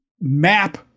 map